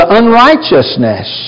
unrighteousness